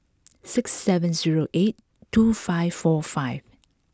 six seven zero eight two five four five